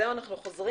זהו, אנחנו חוזרים?